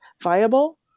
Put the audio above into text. viable